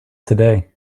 today